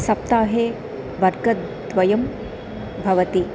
सप्ताहे वर्गद्वयं भवति